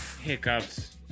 Hiccups